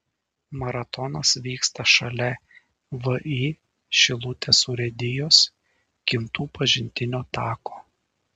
maratonas vyksta šalia vį šilutės urėdijos kintų pažintinio tako